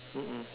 mm mm